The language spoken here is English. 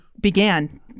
began